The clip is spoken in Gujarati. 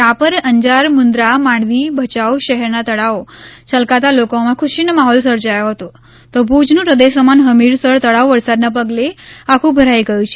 રાપર અંજાર મુંદ્રા માંડવી ભયાઉ શહેરના તળાવો છલકાતા લોકોમાં ખુશીનો માહોલ સર્જાયો હતો તો ભુજનું હૃદયસમાન હમીરસર તળાવ વરસાદના પગલે આખું ભરાઈ ગયું છે